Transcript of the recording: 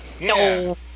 No